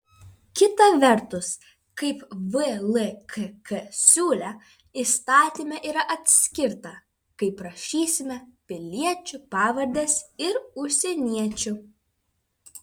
kita vertus kaip vlkk siūlė įstatyme yra atskirta kaip rašysime piliečių pavardes ir užsieniečių